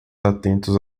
atentos